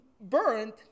burned